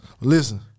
Listen